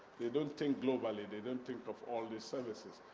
they don't think globally, they don't think of all these services.